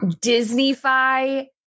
Disney-fy